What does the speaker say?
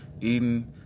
eating